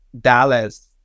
Dallas